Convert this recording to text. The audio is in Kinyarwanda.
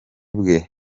bwe